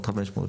עוד 500,